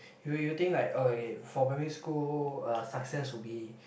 you you think like oh okay for primary school uh success would be